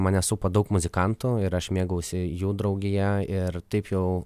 mane supa daug muzikantų ir aš mėgaujuosi jų draugija ir taip jau